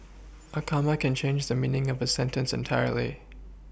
a comma can change the meaning of a sentence entirely